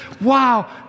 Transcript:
Wow